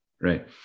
right